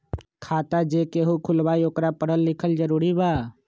खाता जे केहु खुलवाई ओकरा परल लिखल जरूरी वा?